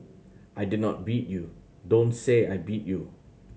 I did not beat you don't say I beat you